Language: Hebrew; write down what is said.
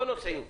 לא נוסעים.